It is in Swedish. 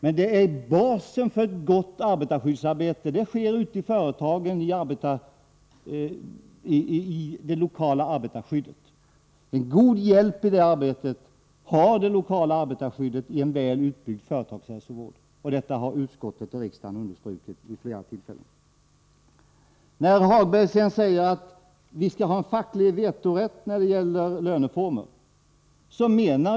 Men basen för ett gott arbetarskyddsarbete har vi ute i företagen och det lokala arbetarskyddet. En god hjälp vid detta arbete har det lokala arbetarskyddet i en väl utbyggd företagshälsovård, och detta har utskottet och riksdagen understrukit vid flera tillfällen. Hagberg säger att vi skall ha facklig vetorätt i fråga om löneformerna.